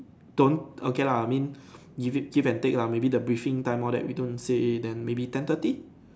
don't okay lah mean give it give and take lah maybe the briefing time all that we don't say then maybe ten thirty